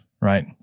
right